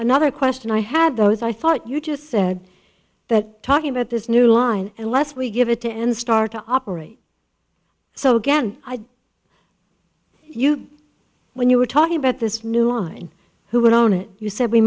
another question i had both i thought you just said that talking about this new line unless we give it to and start to operate so again i'd you when you were talking about this new online who would own it you said we